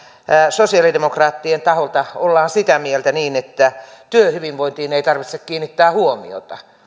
sosialidemokraattien taholta ollaan sitä mieltä että työhyvinvointiin ei tarvitse kiinnittää huomiota